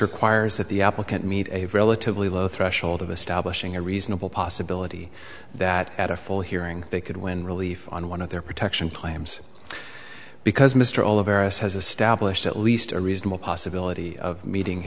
requires that the applicant meet a relatively low threshold of a stablish ng a reasonable possibility that at a full hearing they could win relief on one of their protection claims because mr all of us has a stablished at least a reasonable possibility of meeting